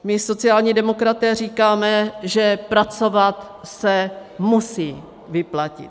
My sociální demokraté říkáme, že pracovat se musí vyplatit.